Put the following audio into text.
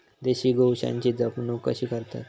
देशी गोवंशाची जपणूक कशी करतत?